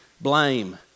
Blame